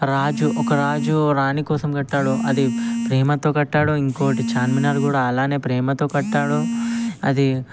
రాజు ఒక రాజు రాణి కోసం కట్టాడు అది ప్రేమతో కట్టాడో ఇంకోటి చార్మినార్ కూడా అలానే ప్రేమతో కట్టాడో అది